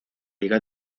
ligas